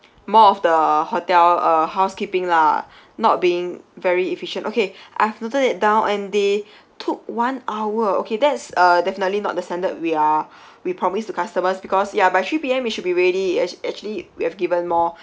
more of the hotel uh housekeeping lah not being very efficient okay I've noted it down and they took one hour okay that's uh definitely not the standard we are we promise to customers because ya by three P_M it should be ready ac~ actually we have given more